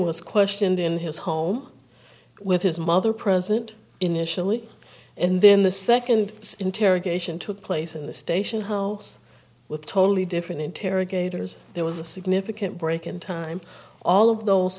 was questioned in his home with his mother present initially and then the second interrogation took place in the station house with totally different interrogators there was a significant break in time all of those